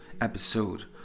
episode